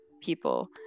people